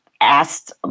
asked